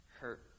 hurt